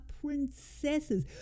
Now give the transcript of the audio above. princesses